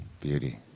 Beauty